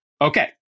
Okay